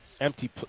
empty